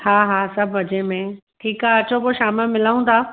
हा हा सभु मज़े में ठीकु आहे अचो पोइ शाम जो मिलूं था